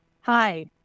Hi